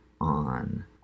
on